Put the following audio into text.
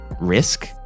risk